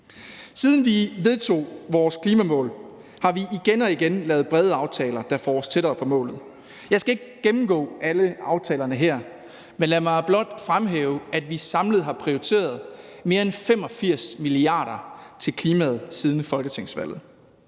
Siden vi vedtog vores klimamål, har vi igen og igen lavet brede aftaler, der får os tættere på målet. Jeg skal ikke gennemgå alle aftalerne her. Men lad mig blot fremhæve, at vi samlet har prioriteret mere end 85 mia. kr. til klimaet siden folketingsvalget.